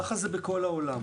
כך זה בכל העולם.